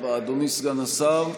64, אדוני סגן השר,